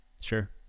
sure